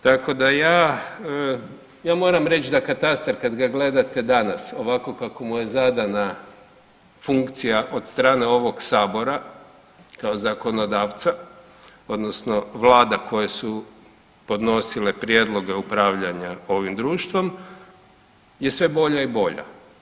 Tako da ja moram reći da katastar kad ga gledate danas ovako kako mu je zadana funkcija od strane ovog Sabora kao zakonodavca, odnosno vlade koje su podnosile prijedloge upravljanja ovim društvom je sve bolja i bolja.